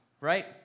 right